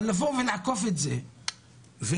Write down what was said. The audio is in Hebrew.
אבל לבוא ולעקוף את זה והפער,